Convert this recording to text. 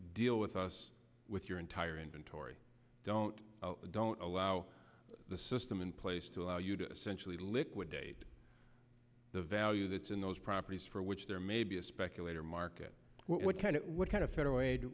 deal with us with your entire inventory don't don't allow the system in place to allow you to essentially liquidate the value that's in those properties for which there may be a speculator market what kind of what kind of